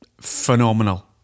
phenomenal